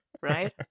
right